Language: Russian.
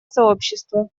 сообщества